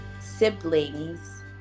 siblings